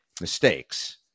mistakes